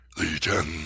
Legion